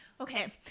Okay